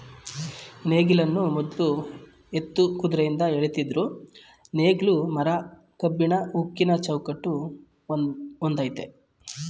ನೇಗಿಲನ್ನು ಮೊದ್ಲು ಎತ್ತು ಕುದ್ರೆಯಿಂದ ಎಳಿತಿದ್ರು ನೇಗ್ಲು ಮರ ಕಬ್ಬಿಣ ಉಕ್ಕಿನ ಚೌಕಟ್ ಹೊಂದಯ್ತೆ